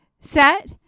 set